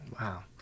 Wow